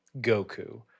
Goku